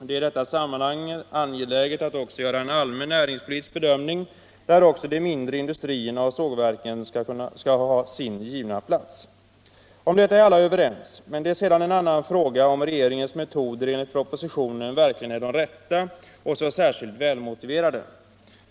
Det är i detta sammanhang angeläget att göra en allmän näringspolitisk bedömning, där också de mindre industrierna och sågverken skall ha sin givna plats. Om detta är alla överens, men det är sedan en annan fråga om regeringens metoder enligt propositionen verkligen är de rätta och särskilt välmotiverade.